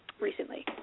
recently